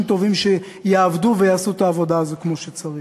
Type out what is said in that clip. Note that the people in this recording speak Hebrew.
טובים שיעבדו ויעשו את העבודה הזו כמו שצריך.